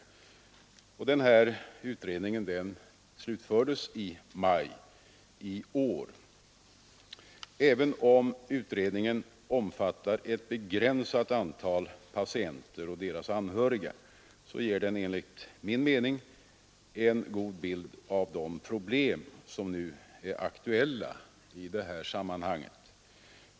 Denna utredning slutfördes i maj i år. Även om utredningen omfattar ett begränsat antal patienter och deras anhöriga ger den enligt min mening en god bild av de problem som är aktuella i detta sammanhang.